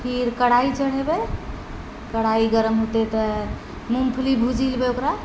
फिर कढ़ाइ चढ़ेबै कढ़ाइ गरम हेतै तऽ मूँगफली भुजि लेबै ओकरा